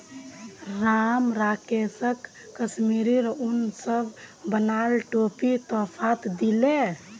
राम राकेशक कश्मीरी उन स बनाल टोपी तोहफात दीले